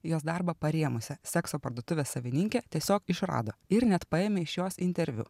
jos darbą parėmusią sekso parduotuvės savininkę tiesiog išrado ir net paėmė iš jos interviu